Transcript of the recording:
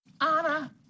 Anna